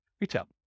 retail